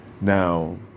Now